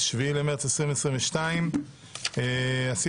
ה-07 במרץ 2022. אני מתכבד לפתוח את ישיבת הוועדה.